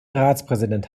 ratspräsident